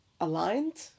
aligned